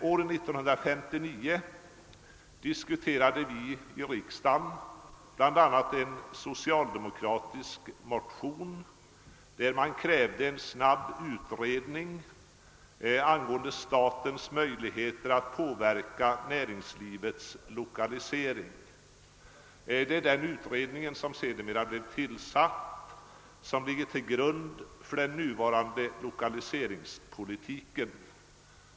År 1959 diskuterade vi i riksdagen bl.a. en socialdemokratisk motion där det krävdes en snabb utredning angående statens möjligheter att påverka näringslivets lokalisering. Den utredning som sedermera blev tillsatt lade grunden till den nuvarande lokaliseringspolitiken.